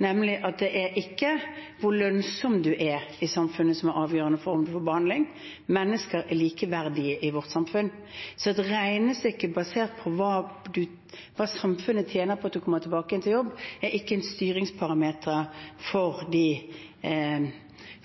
nemlig at det ikke er hvor lønnsom man er i samfunnet, som er avgjørende for om man får behandling. Mennesker er likeverdige i vårt samfunn, så et regnestykke basert på hva samfunnet tjener på at man kommer tilbake igjen til jobb, er ikke et styringsparameter